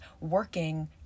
working